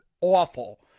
awful